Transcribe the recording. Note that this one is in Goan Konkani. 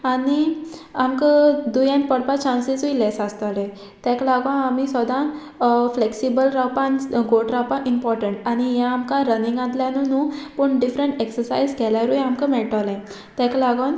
आनी आमकां दुयेंत पडपा चान्सिसूय लेस आसतोले तेका लागोन आमी सोदां फ्लेक्सिबल रावपा आनी गोट रावपा इम्पोर्टंट आनी हें आमकां रनिंगांतल्यानू न्हू पूण डिफरंट एक्सरसायज केल्यारूय आमकां मेयटोलें तेका लागोन